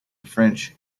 french